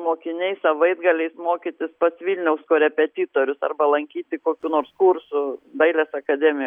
mokiniai savaitgaliais mokytis pas vilniaus korepetitorius arba lankyti kokių nors kursų dailės akademiją